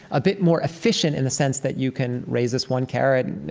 a bit more efficient in the sense that you can raise this one carrot,